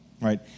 Right